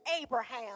Abraham